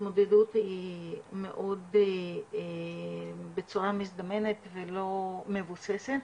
ההתמודדות היא מאוד בצורה מזדמנת, ולא מבוססת.